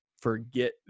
forget